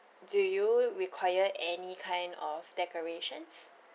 do you require any kind of decorations